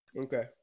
Okay